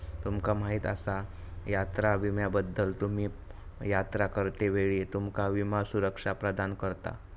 तुमका माहीत आसा यात्रा विम्याबद्दल?, तुम्ही यात्रा करतेवेळी तुमका विमा सुरक्षा प्रदान करता